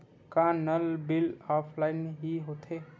का नल bill offline हि होथे?